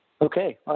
Okay